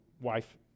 wife